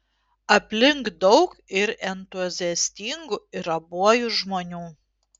aplink daug ir entuziastingų ir abuojų žmonių